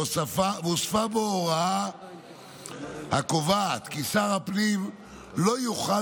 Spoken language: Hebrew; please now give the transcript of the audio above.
והוספה בו הוראה הקובעת כי שר הפנים לא יוכל